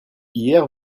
hier